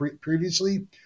previously